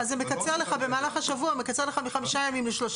נותן היום אז אתם מחייבים אותי להחזיק עוד יום מלאי.